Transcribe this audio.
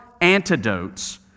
antidotes